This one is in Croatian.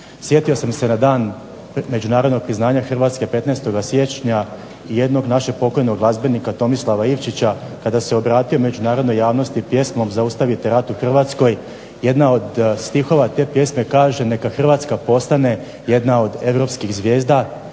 Sjetio sam se na dan međunarodnog priznanja Hrvatske 15. siječnja jednog našeg pokojnog glazbenika Tomislava Ivčića kada se obratio međunarodnoj javnosti pjesmom Zaustavite rat u Hrvatskoj, jedna od stihova te pjesme kaže "Neka Hrvatska postane jedna od Europskih zvijezda